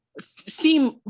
seem